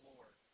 Lord